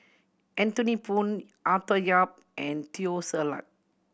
Anthony Poon Arthur Yap and Teo Ser Luck